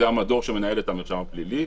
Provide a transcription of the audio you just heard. זה המדור שמנהל את המרשם הפלילי,